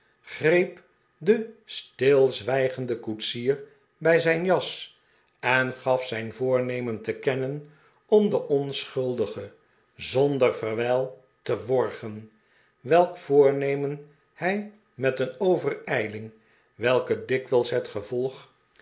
greep den stilzwijgenden koetsier bij zijn das en gaf zijn voornemen te kennen om den onsehuldige zonder verwijl te worgen welk voornemen hij met een overijling welke dikwijls het gevolg